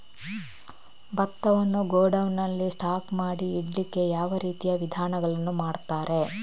ಭತ್ತವನ್ನು ಗೋಡೌನ್ ನಲ್ಲಿ ಸ್ಟಾಕ್ ಮಾಡಿ ಇಡ್ಲಿಕ್ಕೆ ಯಾವ ರೀತಿಯ ವಿಧಾನಗಳನ್ನು ಮಾಡ್ತಾರೆ?